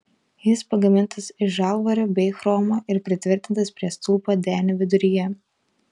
jis pagamintas iš žalvario bei chromo ir pritvirtintas prie stulpo denio viduryje